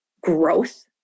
growth